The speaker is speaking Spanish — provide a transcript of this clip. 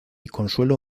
consuelo